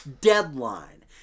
deadline